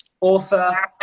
author